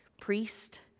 priest